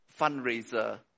fundraiser